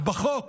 בחוק